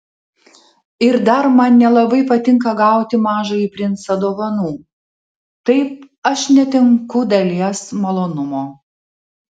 ir dar man nelabai patinka gauti mažąjį princą dovanų taip aš netenku dalies malonumo